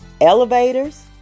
elevators